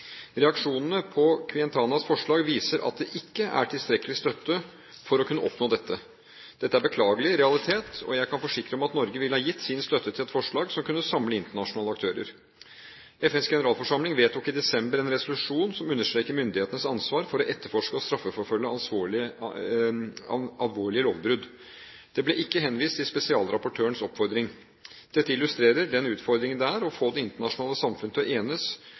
Reaksjonene på Quintanas forslag viser at det ikke er tilstrekkelig støtte til å kunne oppnå dette. Dette er en beklagelig realitet, og jeg kan forsikre om at Norge ville ha gitt sin støtte til et forslag som kunne samle internasjonale aktører. FNs generalforsamling vedtok i desember en resolusjon som understreker myndighetenes ansvar for å etterforske og straffeforfølge alvorlige lovbrudd. Det ble ikke henvist til spesialrapportørens oppfordring. Dette illustrerer den utfordringen det er å få det internasjonale samfunn til å enes